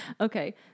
Okay